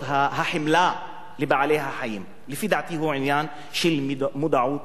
וחמלה לבעלי-החיים לפי דעתי הוא עניין של מודעות וחינוך,